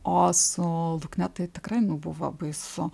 o su lukne tai tikrai nu buvo baisu